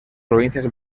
provincias